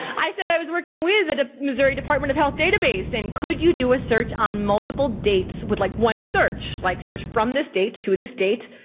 i said i was working with the missouri department of health database, and could you do a search on multiple dates with like one search. like search from this date to this date,